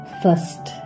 first